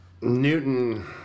Newton